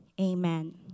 amen